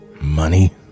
money